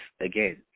again